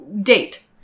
date